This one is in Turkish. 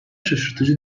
şaşırtıcı